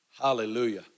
hallelujah